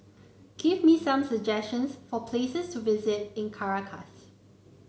give me some suggestions for places to visit in Caracas